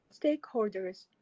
stakeholders